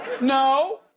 No